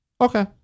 Okay